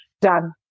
done